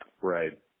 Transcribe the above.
Right